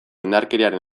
indarkeriaren